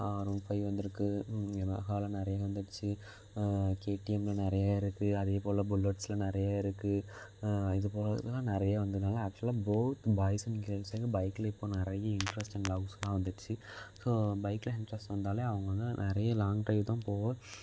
R one five வந்துருக்குது எமஹாவில நிறைய வந்துருச்சு கேடிஎம்ல நிறைய இருக்குது அதேப்போல் புல்லட்ஸ்ல நிறைய இருக்குது இதுபோல் இதெலாம் நிறைய வந்ததனால ஆக்சுவலாக போத் பாய்ஸ் அண்ட் கேர்ள்ஸ்க்காக பைக்ல இப்போ நிறைய இன்ட்ரஸ்ட் அண்ட் லவ்ஸ்லாம் வந்துடுச்சு ஸோ பைக்ல இன்ட்ரஸ்ட் வந்தாலே அவங்க வந்து நிறைய லாங் ட்ரைவ் தான் போக